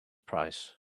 price